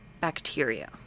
Bacteria